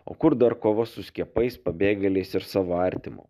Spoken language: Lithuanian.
o kur dar kovos su skiepais pabėgėliais ir savo artimu